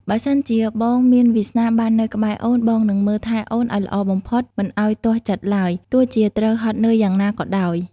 បើសិនជាបងមានវាសនាបាននៅក្បែរអូន បងនឹងមើលថែអូនឱ្យល្អបំផុតមិនឱ្យទាស់ចិត្តឡើយ ទោះជាត្រូវហត់នឿយយ៉ាងណាក៏ដោយ។